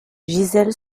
gisèle